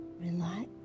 relax